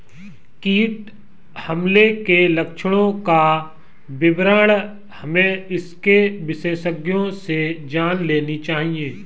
कीट हमले के लक्षणों का विवरण हमें इसके विशेषज्ञों से जान लेनी चाहिए